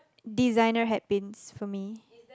designer hat paints for me